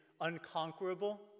unconquerable